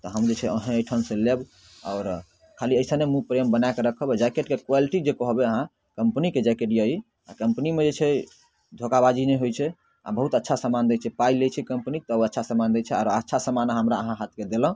तऽ हम जे छै अहीँ ओहिठामसँ लेब आओर खाली अइसने प्रेम बनाकऽ रखब आओर जैकेटके क्वालिटी जे कहबै अहाँ कम्पनीके जैकेट अइ ई आओर कम्पनीमे जे छै धोखाबाजी नहि होइ छै आओर बहुत अच्छा सामान दै छै पाइ लै छै कम्पनी तब अच्छा सामान दै छै आओर अच्छा सामान अहाँ हमरा हाथके देलहुँ